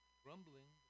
grumbling